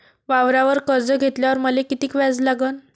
वावरावर कर्ज घेतल्यावर मले कितीक व्याज लागन?